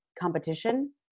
competition